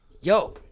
yo